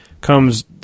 Comes